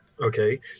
okay